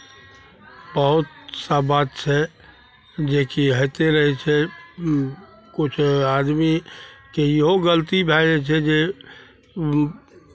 बहुत सा बात छै जेकि होइते रहै छै किछु आदमीकेँ इहो गलती भए जाइ छै जे